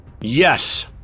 Yes